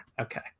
Okay